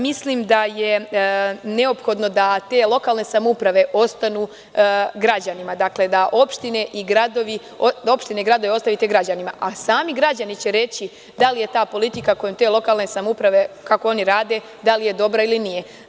Mislim da je neophodno da te lokalne samouprave ostanu građanima, dakle da opštine i gradove ostavite građanima, a sami građani će reći da li je ta politika kojim te lokalne samouprave, kako oni rade, da li je dobra ili nije.